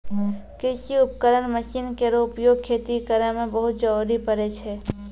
कृषि उपकरण मसीन केरो उपयोग खेती करै मे बहुत जरूरी परै छै